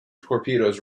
torpedoes